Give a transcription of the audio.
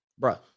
Bruh